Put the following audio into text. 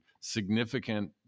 significant